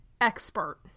expert